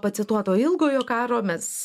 pacituoto ilgojo karo mes